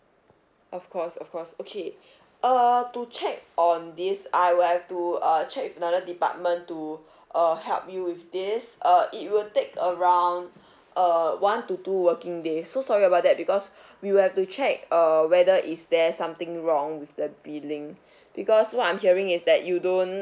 of course of course okay err to check on this I will have to uh check with another department to uh help you with this uh it will take around err one to two working day so sorry about that because we will have to check err whether is there something wrong with the billing because what I'm hearing is that you don't